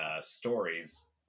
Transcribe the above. stories